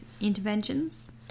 interventions